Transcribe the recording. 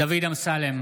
דוד אמסלם,